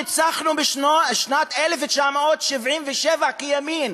ניצחנו בשנת 1977 כימין,